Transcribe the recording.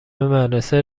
مدرسه